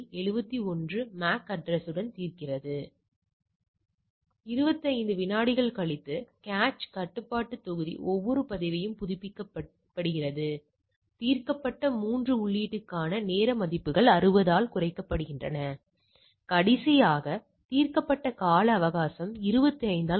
எனவே உண்மையானவை மற்றும் எதிர்பார்க்கப்படுபவை உங்களுக்கு நிகழ்தகவைத் தரும் அதேசமயம் CHI INVERSE ஆனது நிகழ்தகவு மற்றும் கட்டின்மை கூறுகளைக் கொடுக்கப்பட்டிருப்பின் இது உங்களுக்கு கை வர்க்க மதிப்பைக் கொடுக்கும் அட்டவணையில் காட்டப்பட்டுள்ள புள்ளி போன்று அதாவது 3